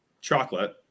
chocolate